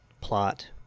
plot